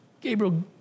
Gabriel